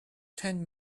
ten